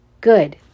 Good